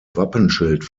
wappenschild